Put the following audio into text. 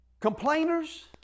Complainers